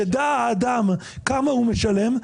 יידע האדם כמה הוא משלם,